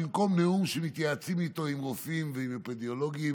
במקום נאום שמתייעצים איתו עם רופאים ועם אפידמיולוגיים,